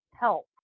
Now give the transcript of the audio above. help